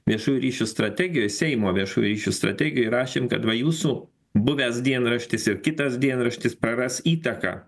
viešųjų ryšių strategijoj seimo viešųjų ryšių strategijoj rašėm kad va jūsų buvęs dienraštis ir kitas dienraštis praras įtaką